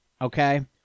Okay